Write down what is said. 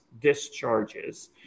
discharges